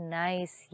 nice